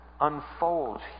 unfolds